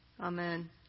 Amen